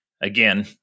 again